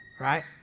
right